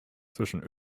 zwischen